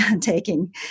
taking